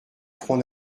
front